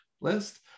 list